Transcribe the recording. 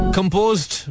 Composed